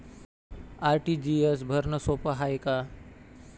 RTGS भरनं सोप हाय का?